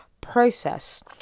process